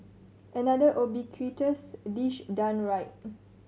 another ubiquitous dish done right